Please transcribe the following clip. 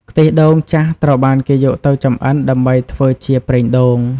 ខ្ទិះដូងចាស់ត្រូវបានគេយកទៅចម្អិនដើម្បីធ្វើជា ប្រេងដូង។